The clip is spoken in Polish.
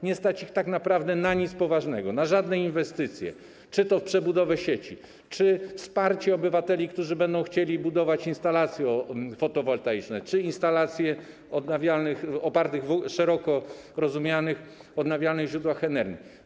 Nie stać ich na nic poważnego, na żadne inwestycje - czy to na przebudowę sieci, czy wsparcie obywateli, którzy będą chcieli budować instalacje fotowoltaiczne czy instalacje oparte na szeroko rozumianych odnawialnych źródłach energii.